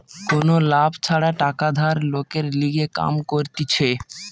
কোনো লাভ ছাড়া টাকা ধার লোকের লিগে কাম করতিছে